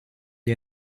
gli